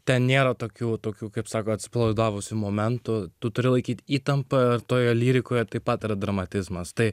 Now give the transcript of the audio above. ten nėra tokių tokių kaip sako atsipalaidavusiu momentu tu turi laikyti įtampą toje lyrikoje taip pat yra dramatizmas tai